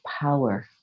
power